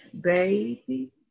baby